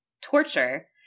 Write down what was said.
torture